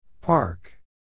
Park